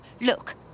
look